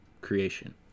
creation